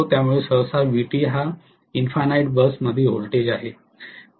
त्यामुळे सहसा Vt हा इन्फिनिटी बस मधील व्होल्टेज आहे